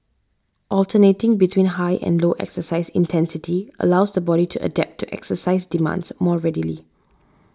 alternating between high and low exercise intensity allows the body to adapt to exercise demands more readily